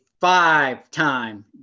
five-time